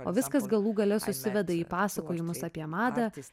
o viskas galų gale susiveda į pasakojimus apie madą